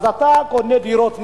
אז אתה קונה דירות נ"ר.